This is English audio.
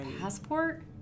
passport